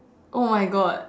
oh my God